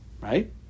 Right